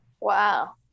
wow